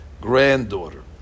granddaughter